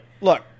Look